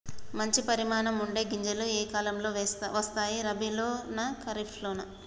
మంచి పరిమాణం ఉండే గింజలు ఏ కాలం లో వస్తాయి? రబీ లోనా? ఖరీఫ్ లోనా?